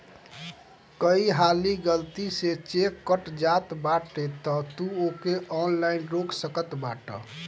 कई हाली गलती से चेक कट जात बाटे तअ तू ओके ऑनलाइन रोक सकत बाटअ